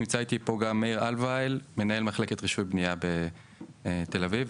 נמצא איתי פה גם מאיר אלואיל מנהל מחלקת רשות בניה בתל אביב,